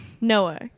Noah